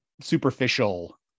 superficial